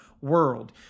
world